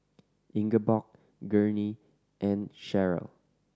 Ingeborg Gurney and Cheryll